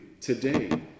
today